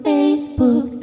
Facebook